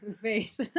face